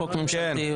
חוק ממשלתי,